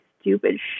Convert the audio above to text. stupid